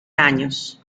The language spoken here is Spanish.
años